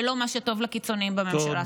ולא את מה שטוב לקיצוניים בממשלך שלך.